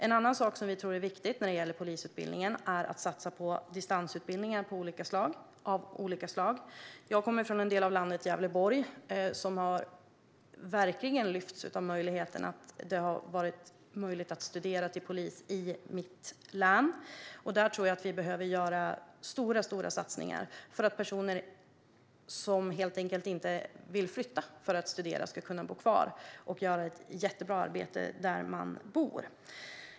En annan sak som vi tror är viktig när det gäller polisutbildningen är att satsa på distansutbildningar av olika slag. Jag kommer från Gävleborg, en del av landet som verkligen lyfts av att det blivit möjligt att studera till polis i mitt län. Jag tror att vi behöver göra stora satsningar för att personer som inte vill flytta för att studera ska kunna bo kvar och göra ett jättebra jobb där de bor.